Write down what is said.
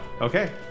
Okay